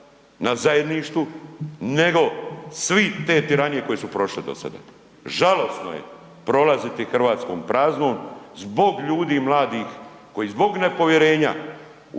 na zajedništvu nego svi te tiranije koje su prošle do sada. Žalosno je prolazili Hrvatskom praznom zbog ljudi i mladi koji zbog nepovjerenja